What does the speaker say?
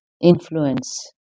influence